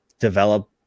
develop